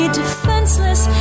defenseless